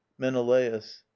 menelaus